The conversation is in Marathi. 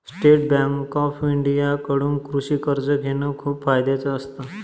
स्टेट बँक ऑफ इंडिया कडून कृषि कर्ज घेण खूप फायद्याच असत